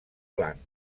blanc